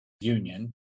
Union